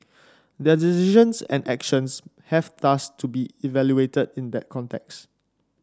their decisions and actions have thus to be evaluated in that context